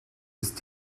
ist